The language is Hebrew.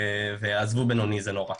עזבו בינוני, זה נורא.